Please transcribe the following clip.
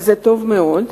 וזה טוב מאוד.